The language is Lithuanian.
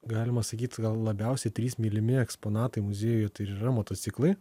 galima sakyt gal labiausiai trys mylimi eksponatai muziejuje tai ir yra motociklai